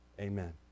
Amen